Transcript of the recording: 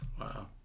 Wow